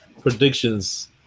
predictions